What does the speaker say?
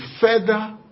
further